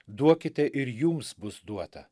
duokite ir jums bus duota